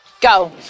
Go